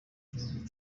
gihugu